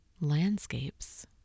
landscapes